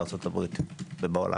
בארצות הברית ובעולם.